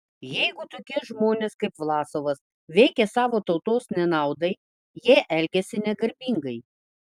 jeigu tokie žmonės kaip vlasovas veikia savo tautos nenaudai jie elgiasi negarbingai